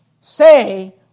say